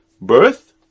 birth